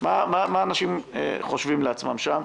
מה אנשים חושבים לעצמם שם.